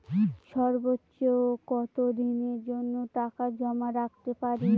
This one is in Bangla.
সর্বোচ্চ কত দিনের জন্য টাকা জমা রাখতে পারি?